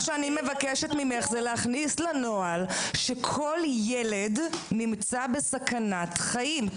מה שאני מבקשת ממך זה להכניס לנוהל שכל ילד נמצא בסכנת חיים,